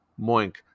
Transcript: moink